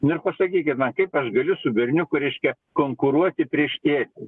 nu ir pasakykit man kaip aš galiu su berniuku reiškia konkuruoti prieš tėtį